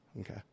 Okay